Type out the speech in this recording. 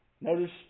Notice